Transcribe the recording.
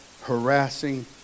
harassing